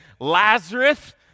Lazarus